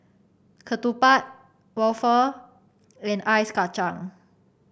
ketupat waffle and Ice Kachang